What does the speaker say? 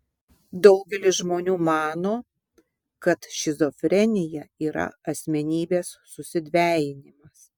daugelis žmonių mano kad šizofrenija yra asmenybės susidvejinimas